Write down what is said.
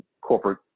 corporate